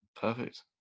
perfect